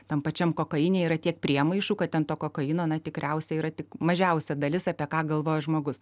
tam pačiam kokaine yra tiek priemaišų kad ten to kokaino na tikriausiai yra tik mažiausia dalis apie ką galvojo žmogus